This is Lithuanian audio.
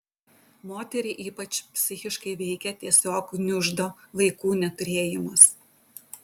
moterį ypač psichiškai veikia tiesiog gniuždo vaikų neturėjimas